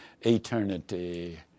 eternity